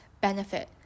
benefit